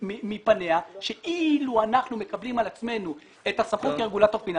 מפניה שאילו אנחנו מקבלים על עצמנו את הסמכות כרגולטור פיננסי,